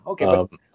Okay